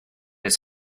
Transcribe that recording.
his